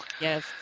Yes